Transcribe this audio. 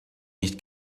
nicht